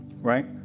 right